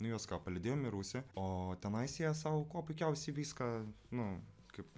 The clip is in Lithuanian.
nu juos ką palydėjom į rūsį o tenais jie sau kuo puikiausiai viską nu kaip